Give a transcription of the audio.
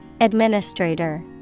Administrator